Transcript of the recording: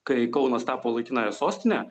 kai kaunas tapo laikinąja sostine